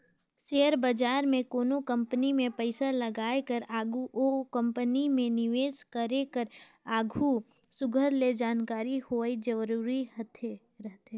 share बजार में कोनो कंपनी में पइसा लगाए कर आघु ओ कंपनी में निवेस करे कर आघु सुग्घर ले जानकारी होवई जरूरी रहथे